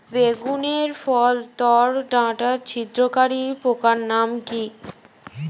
বেগুনের ফল ওর ডাটা ছিদ্রকারী পোকার নাম কি?